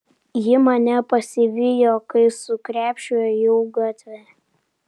ji mane pasivijo kai su krepšiu ėjau gatve